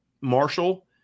marshall